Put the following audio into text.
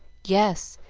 yes,